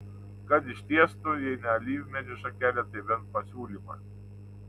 kad ištiestų jei ne alyvmedžio šakelę tai bent pasiūlymą